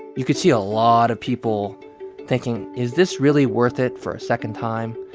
you could see a lot of people thinking, is this really worth it for a second time?